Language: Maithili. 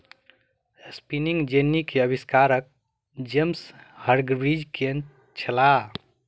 स्पिनिंग जेन्नी के आविष्कार जेम्स हर्ग्रीव्ज़ केने छला